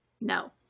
No